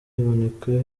iboneka